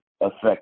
affect